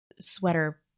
sweater